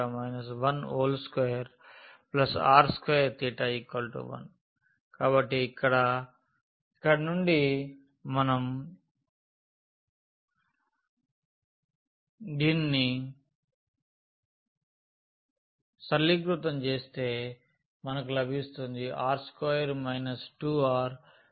కాబట్టి rcos 12r2 1 కాబట్టి ఇక్కడ నుండి మనం దీన్ని సరళీకృతం చేస్తే మనకు లభిస్తుంది r2 2rcos 0